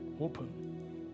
open